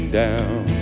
down